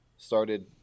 started